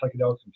psychedelics